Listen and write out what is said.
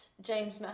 James